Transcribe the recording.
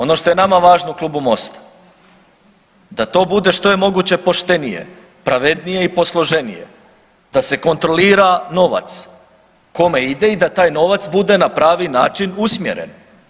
Ono što je nama važno u Klubu MOST-a da to bude što je moguće poštenije, pravednije i posloženije, da se kontrolira novac kome ide i da taj novac bude na pravi način usmjeren.